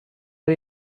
air